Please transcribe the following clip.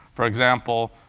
for example,